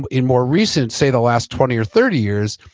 in more recent say the last twenty or thirty years,